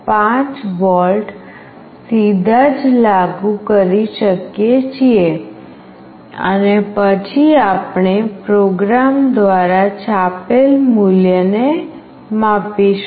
5 volt સીધા જ લાગુ કરી શકીએ છીએ અને પછી આપણે પ્રોગ્રામ દ્વારા છાપેલ મૂલ્ય ને માપીશું